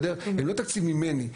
הם לא תקציב ממני.